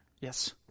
Yes